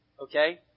okay